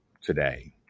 today